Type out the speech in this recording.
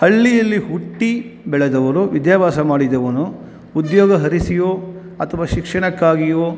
ಹಳ್ಳಿಯಲ್ಲಿ ಹುಟ್ಟಿ ಬೆಳೆದವರು ವಿದ್ಯಾಭ್ಯಾಸ ಮಾಡಿದವನು ಉದ್ಯೋಗ ಅರಸಿಯೋ ಅಥವಾ ಶಿಕ್ಷಣಕ್ಕಾಗಿಯೋ